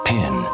Pin